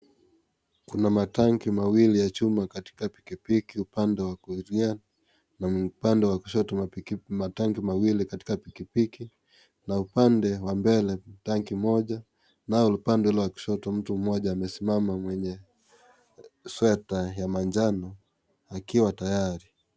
Kuna matanki mawili ya chuma katika pikipiki, upande wa kulia na upandewa kushoto matanki mawili katika pikipiki na upande wa mbele tanki moja na upande wa kushoto, mtu mmoja amesimama mwenye sweta ya manjano akiwa tayari.